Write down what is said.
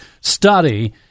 study